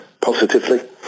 positively